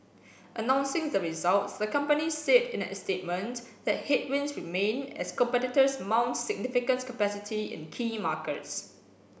announcing the results the company said in a statement that headwinds remain as competitors mount significant capacity in key markets